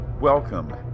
Welcome